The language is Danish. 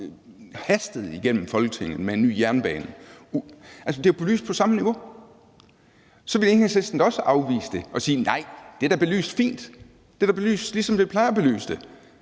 hastet igennem Folketinget – altså, det er jo belyst på samme niveau – så ville Enhedslisten da også afvise det og sige: Nej, det er da belyst fint; det er da belyst, ligesom vi plejer at belyse det;